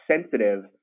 sensitive